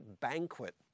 banquet